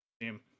team